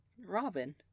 Robin